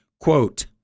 Quote